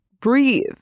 breathe